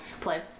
play